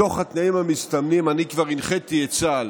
מתוך התנאים המסתמנים, אני כבר הנחיתי את צה"ל